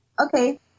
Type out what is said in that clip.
okay